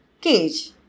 cage